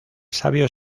sabio